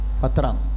Patram